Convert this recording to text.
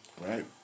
right